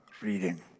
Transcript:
reading